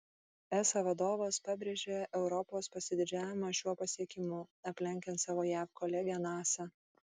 esa vadovas pabrėžė europos pasididžiavimą šiuo pasiekimu aplenkiant savo jav kolegę nasa